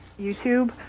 YouTube